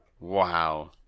wow